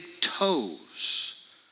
toes